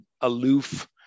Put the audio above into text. aloof